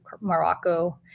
Morocco